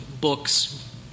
books